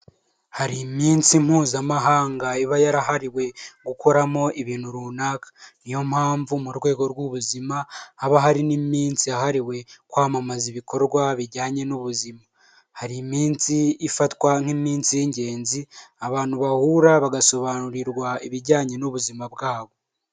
Hari iminsi mpuzamahanga iba yarahariwe gukoramo ibintu runaka, niyo mpamvu mu rwego rw'ubuzima haba hari n'iminsi yahariwe kwamamaza ibikorwa bijyanye n'ubuzima hari iminsi ifatwa nk'iminsi y'ingenzi abantu bahura bagasobanurirwa ibijyanye n'ubuzima bwabo.